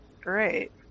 Great